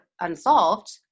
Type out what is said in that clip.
unsolved